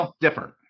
different